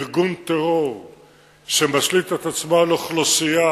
ארגון טרור שמשליט את עצמו על אוכלוסייה,